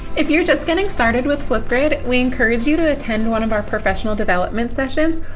if you're just getting started with flipgrid we encourage you to attend one of our professional development sessions,